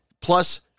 plus